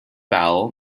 bowel